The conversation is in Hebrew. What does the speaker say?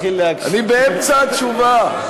אני באמצע התשובה.